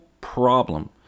problem